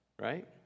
right